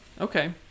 okay